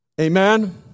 Amen